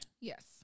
yes